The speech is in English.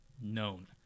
known